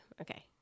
okay